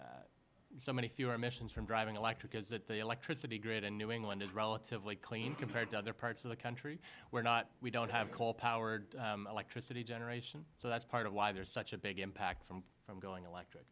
there's so many fewer emissions from driving electric is that the electricity grid in new england is relatively clean compared to other parts of the country we're not we don't have coal powered electricity generation so that's part of why there's such a big impact from from going electric